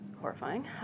horrifying